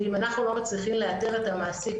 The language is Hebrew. ואם אנחנו לא מצליחים לאתר את המעסיק,